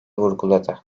vurguladı